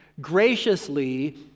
graciously